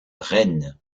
rennes